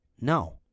No